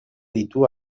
ditu